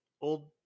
old